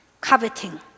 Coveting